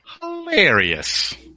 hilarious